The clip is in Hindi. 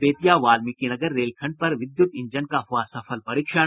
बेतिया वाल्मीकिनगर रेलखंड पर विद्युत इंजन का हुआ सफल परीक्षण